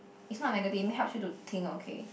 it's not negative I mean it helps you to think okay